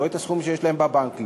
לא את הסכום שיש להם בבנק,